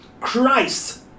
Christ